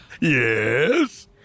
Yes